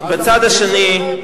בצד השני,